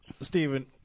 Stephen